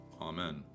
amen